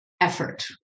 effort